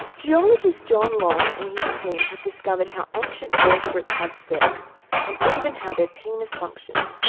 geologist john long and his team have discovered how ancient vertebrates have sex and even how their penis functioned.